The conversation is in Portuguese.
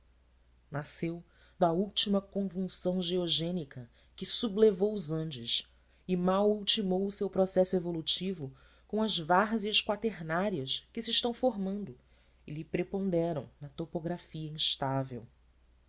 nasceu da última convulsão geogênica que sublevou os andes e mal ultimou o seu processo evolutivo com as várzeas quaternárias que se estão formando e lhe preponderam na topografia instável